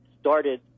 started